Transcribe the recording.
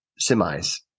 semis